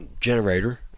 generator